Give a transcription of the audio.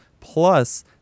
Plus